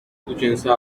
دوجنسه